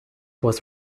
was